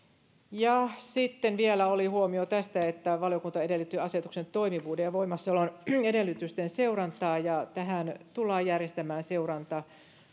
sitten vielä oli huomio että valiokunta edellytti asetuksen toimivuuden ja voimassaolon edellytysten seurantaa tähän tullaan järjestämään seuranta